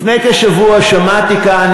לפני כשבוע שמעתי כאן,